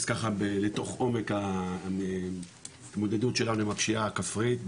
ככה לתוך עומק ההתמודדות שלנו עם הפשיעה הכפרית,